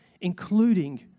including